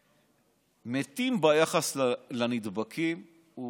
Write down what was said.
שמספר המתים ביחס לנדבקים הוא